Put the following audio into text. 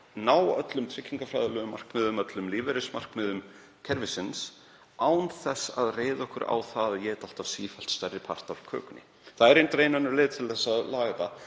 ná öllum tryggingafræðilegum markmiðum, öllum lífeyrismarkmiðum kerfisins, án þess að reiða okkur á það að éta alltaf sífellt stærri part af kökunni. Það er reyndar ein önnur leið til að laga